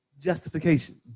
justification